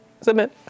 submit